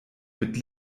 mit